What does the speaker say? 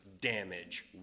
damage